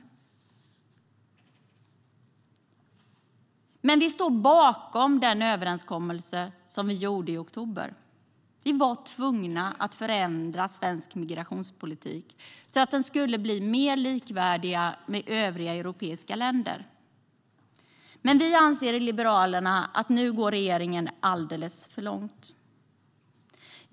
Vi i Liberalerna står bakom den överenskommelse som vi gjorde i oktober. Vi var tvungna att förändra svensk migrationspolitik så att den blir mer som i andra europeiska länder. Men nu anser vi i Liberalerna att regeringen går alldeles för långt.